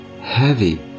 heavy